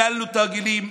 כבר ביטלנו תרגילים,